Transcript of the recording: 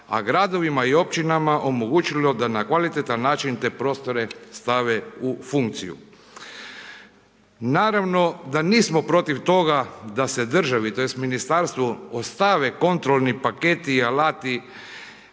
a gradovima i općinama omogućilo da na kvalitetan način te prostore stave u funkciju. Naravno da nismo protiv toga da se državi tj. ministarstvu ostave kontrolni paketi i alati